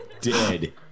dead